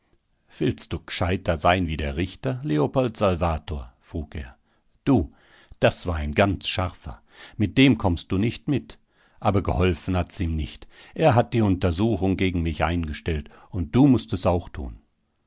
willst du g'scheiter sein wie der richter leopold salvator frug er du das war ganz ein scharfer mit dem kommst du nicht mit aber geholfen hat's ihm nichts er hat die untersuchung gegen mich eingestellt und du mußt es auch tun